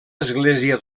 església